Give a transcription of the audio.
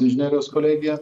inžinerijos kolegija